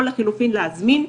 או לחלופין להזמין.